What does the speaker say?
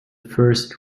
first